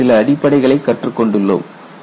நாம் சில அடிப்படைகளைக் கற்று கொண்டுள்ளோம்